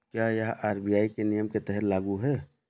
क्या यह आर.बी.आई के नियम के तहत लागू है?